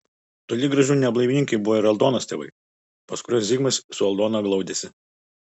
toli gražu ne blaivininkai buvo ir aldonos tėvai pas kuriuos zigmas su aldona glaudėsi